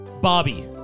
Bobby